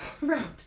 Right